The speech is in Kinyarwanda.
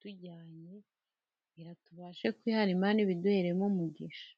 tujyanye kugira tubashe kubaha imana ibiduhemo umugisha.